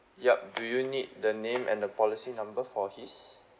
yup do you need the name and the policy number for his